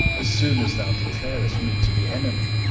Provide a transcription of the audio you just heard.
as soon as thou declarest me to be enemy,